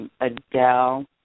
Adele